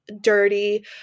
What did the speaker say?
dirty